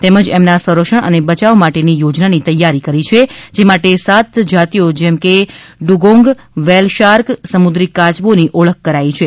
તેમજ એમના સંરક્ષણ અને બચાવ માટેની યોજનાની તૈયારી કરી છે જે માટે સાત જાતિઓ જેમકે ડુગોંગ વ્હેલ શાર્ક સમુદ્રી કાયબો બે પ્રજાતિઓની ઓળખ કરાઇ છે